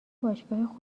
باشگاه